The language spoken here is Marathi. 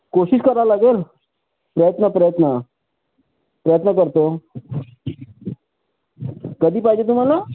कोशिश करावं लागेल प्रयत्न प्रयत्न प्रयत्न करतो कधी पाहिजे तुम्हाला